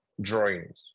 drawings